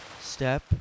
step